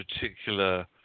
particular